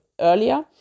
earlier